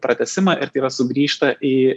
pratęsimą ir tai yra sugrįžta į